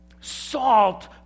salt